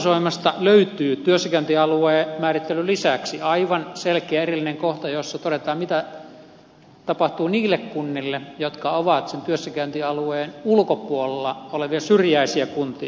hallitusohjelmasta löytyy työssäkäyntialueen määrittelyn lisäksi aivan selkeä erillinen kohta jossa todetaan mitä tapahtuu niille kunnille jotka ovat sen työssäkäyntialueen ulkopuolella olevia syrjäisiä kuntia